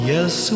Yes